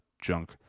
junk